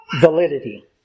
validity